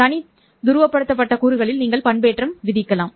தனி துருவப்படுத்தப்பட்ட கூறுகளில் நீங்கள் பண்பேற்றம் விதிக்கலாம்